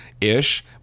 ish